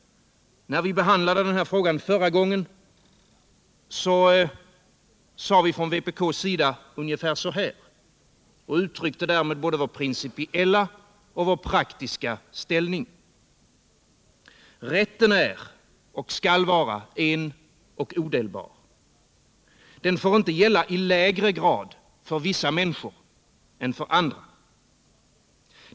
När vi behandlade denna fråga förra gången sade vi från vpk ungefär så här, och uttryckte därmed både vår principiella och vår praktiska ställning: Rätten är och skall vara en och odelbar. Den får inte gälla i lägre grad för vissa människor än för andra.